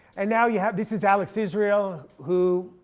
and now you have, this is alex israel who,